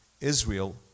Israel